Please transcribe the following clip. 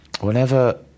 whenever